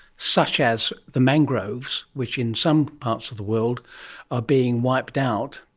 such as the mangroves, which in some parts of the world are being wiped out,